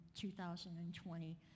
2020